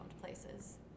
places